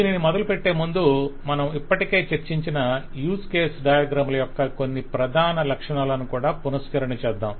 దీనిని మొదలుపెట్టే ముందు మనం ఇప్పటికే చర్చించిన యూజ్ కేస్ డయాగ్రమ్ ల యొక్క కొన్ని ప్రధాన లక్షణాలను కూడా పునశ్చరణ చేద్దాం